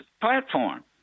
platform